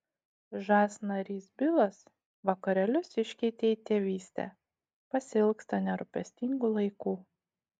žas narys bilas vakarėlius iškeitė į tėvystę pasiilgsta nerūpestingų laikų